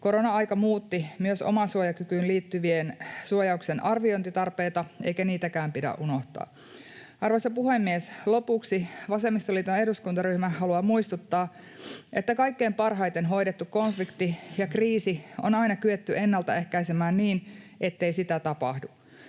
Korona-aika muutti myös omasuojakykyyn liittyvän suojauksen arviointitarpeita, eikä niitäkään pidä unohtaa. Arvoisa puhemies! Lopuksi vasemmistoliiton eduskuntaryhmä haluaa muistuttaa, että kaikkein parhaiten hoidettu konflikti ja kriisi on aina kyetty ennalta ehkäisemään niin, ettei sitä tapahdu.